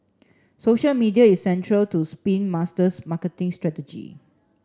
social media is central to Spin Master's marketing strategy